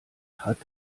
hat